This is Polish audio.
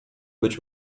być